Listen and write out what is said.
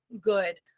good